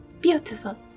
Beautiful